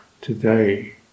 today